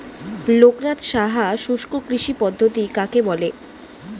লোকনাথ সাহা শুষ্ককৃষি পদ্ধতি কাকে বলে?